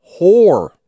whore